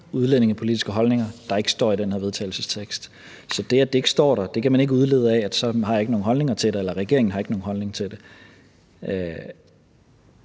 udlændingepolitiske holdninger, der ikke står i det her forslag til vedtagelse. Så af det, at det ikke står der, kan man ikke udlede, at så har jeg ikke nogen holdning til det, eller at regeringen ikke har nogen holdning til det. Det,